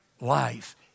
life